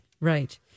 Right